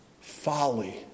Folly